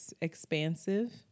expansive